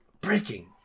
breaking